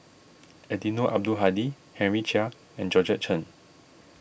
Eddino Abdul Hadi Henry Chia and Georgette Chen